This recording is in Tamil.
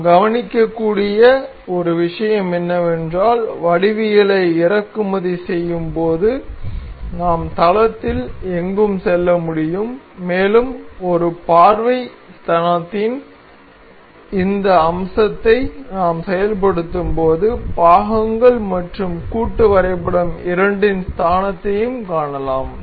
நாம் கவனிக்கக்கூடிய ஒரு விஷயம் என்னவென்றால் வடிவவியலை இறக்குமதி செய்யும் போது நாம் தளத்தில் எங்கும் செல்ல முடியும் மேலும் ஒரு பார்வை ஸ்தானத்தின் இந்த அம்சத்தை நாம் செயல்படுத்தும்போது பாகங்கள் மற்றும் கூட்டு வரைபடம் இரண்டின் ஸ்தானத்தையும் காணலாம்